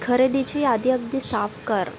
खरेदीची यादी अगदी साफ कर